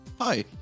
hi